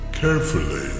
carefully